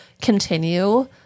continue